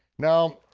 now,